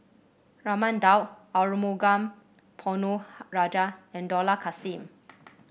Raman Daud Arumugam Ponnu Rajah and Dollah Kassim